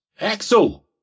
Axel